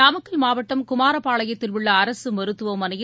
நாமக்கல் மாவட்டம் குமாரப்பாளையத்தில் உள்ள அரசு மருத்துவமனையில்